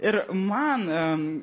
ir man